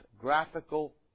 graphical